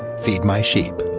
feed my sheep.